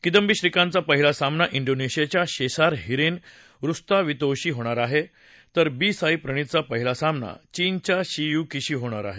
किदंबी श्रीकांतचा पहिला सामना झीनेशियाच्या शेसार हिरेन रुस्तावितोशी होणार आहे तर बी साईप्रणितचा पहिला सामना चीनच्या शी यू कीशी होणार आहे